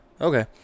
Okay